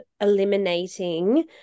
eliminating